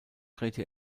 drehte